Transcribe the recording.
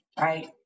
right